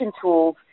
tools